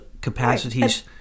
capacities